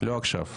לא עכשיו,